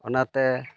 ᱚᱱᱟᱛᱮ